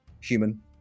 human